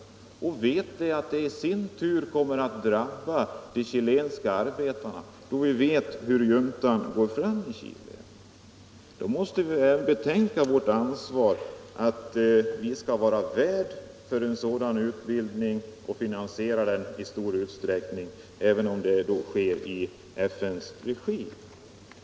Detta gör Sverige trots att vi vet att dessa kunskaper sedan kommer att drabba de chilenska arbetarna — vi vet ju hur juntan går fram i Chile. Då måste vi väl ändå betänka vårt ansvar genom att Sverige är värdland för en sådan utbildning och i stor utsträckning också finansierar den, även om det sker i FN:s regi.